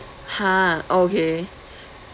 !huh! okay